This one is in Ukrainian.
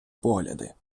погляди